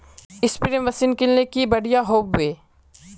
Spray machine किनले की बढ़िया होबवे?